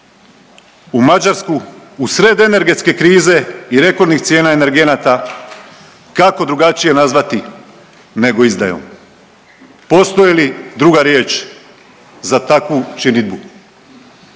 u Mađarsku u sred energetske krize i rekordnih cijena energenata, kako drugačije nazvati nego izdajom? Postoji li druga riječ za takvu činidbu?